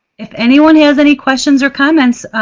if anyone has any questions or comments,